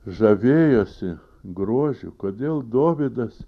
žavėjosi grožiu kodėl dovydas